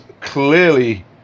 clearly